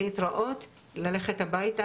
להתראות ללכת הביתה,